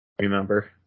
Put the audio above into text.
remember